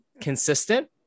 consistent